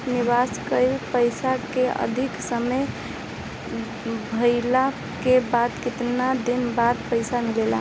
निवेश कइल पइसा के अवधि समाप्त भइले के केतना दिन बाद पइसा मिली?